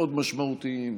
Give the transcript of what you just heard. מאוד משמעותיים,